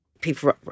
people